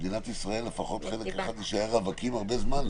נראה לי שבמדינת ישראל חלק גדול יישארו רווקים הרבה זמן.